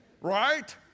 Right